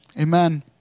Amen